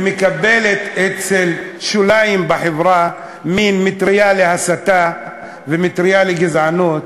ומקבל אצל שוליים בחברה מין מטרייה להסתה ומטרייה לגזענות,